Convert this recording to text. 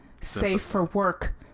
safe-for-work